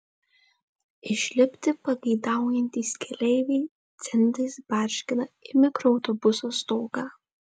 išlipti pageidaujantys keleiviai centais barškina į mikroautobuso stogą